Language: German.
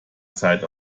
zeit